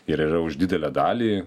ir yra už didelę dalį